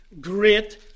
great